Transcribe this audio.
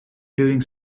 during